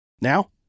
Now